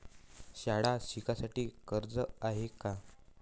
शाळा शिकासाठी कर्ज हाय का?